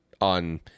on